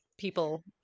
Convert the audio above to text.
people